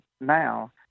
now